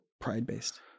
pride-based